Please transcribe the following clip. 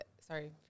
sorry